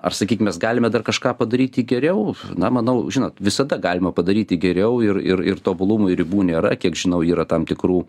ar sakykim mes galime dar kažką padaryti geriau na manau žinot visada galima padaryti geriau ir ir ir tobulumui ribų nėra kiek žinau yra tam tikrų